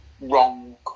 wrong